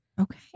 Okay